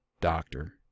doctor